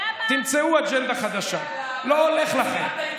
תמצאו אג'נדה חדשה, לא הולך לכם.